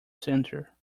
centre